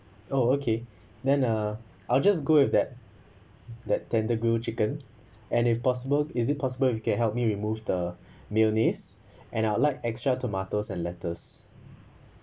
oh okay then uh I'll just go with that that tender grilled chicken and if possible is it possible you can help me remove the mayonnaise and I would like extra tomatoes and lettuce